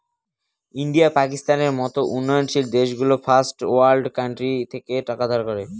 India, পাকিস্তানের মত উন্নয়নশীল দেশগুলো ফার্স্ট ওয়ার্ল্ড কান্ট্রি থেকে টাকা ধার করে